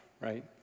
right